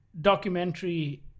documentary